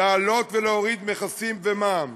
להעלות ולהוריד מכסים ומע"מ,